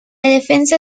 defensa